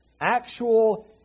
actual